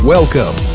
Welcome